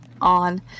on